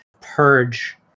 purge